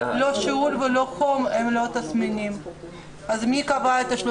לא יחולו על אדם הנכנס